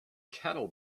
cattle